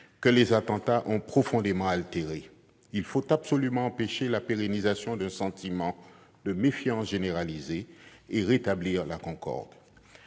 que les attentats ont profondément altérée. Il faut absolument empêcher la pérennisation d'un sentiment de méfiance généralisée et rétablir la concorde.